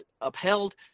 upheld